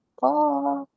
Bye